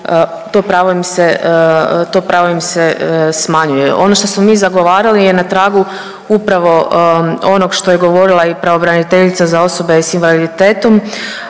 to pravo im se smanjuje. Ono što smo mi zagovarali je na tragu upravo onog što je govorila i pravobraniteljica za osobe s invaliditetom,